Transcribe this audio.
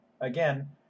again